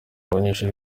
abanyeshuri